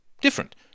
different